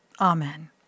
Amen